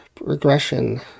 regression